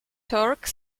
torque